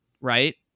right